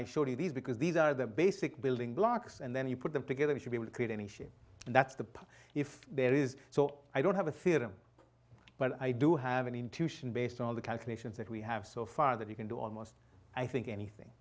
i showed you these because these are the basic building blocks and then you put them together to be able to create any shape that's the part if there is so i don't have a theorem but i do have an intuition based on all the calculations that we have so far that we can do almost i think anything